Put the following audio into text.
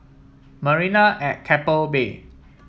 Marina at Keppel Bay